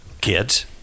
kids